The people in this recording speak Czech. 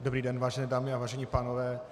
Dobrý den, vážené dámy a vážení pánové.